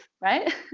right